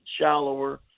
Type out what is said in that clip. shallower